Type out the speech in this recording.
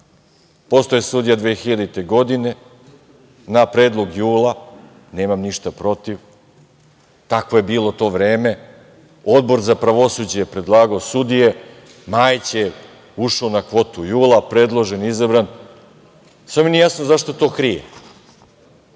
je sudija 2000. godine na predlog JUL-a, nemam ništa protiv, takvo je bilo to vreme. Odbor za pravosuđe je predlagao sudije, Majić je ušao na kvotu JUL-a, predložen, izabran, samo mi nije jasno zašto to krije.